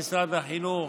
לא רק במשרד החינוך,